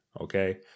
Okay